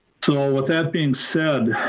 so with that being said,